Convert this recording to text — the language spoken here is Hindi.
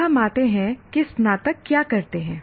अब हम आते हैं कि स्नातक क्या करते हैं